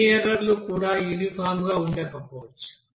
అన్ని ఎర్రర్ లు కూడా యూనిఫామ్ గా ఉండకపోవచ్చు